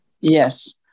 Yes